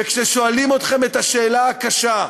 וכששואלים אתכם את השאלה הקשה: